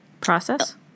process